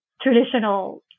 traditional